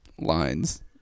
lines